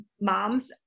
moms